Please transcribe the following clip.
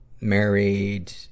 married